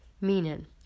meaning